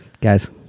guys